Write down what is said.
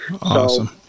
Awesome